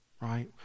Right